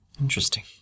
Interesting